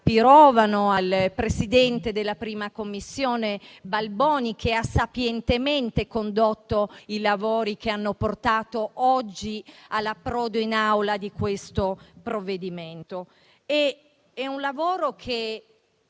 Pirovano e al presidente della 1a Commissione Balboni, che ha sapientemente condotto i lavori che hanno portato oggi all'approdo in Aula di questo provvedimento. Si tratta di